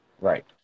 Right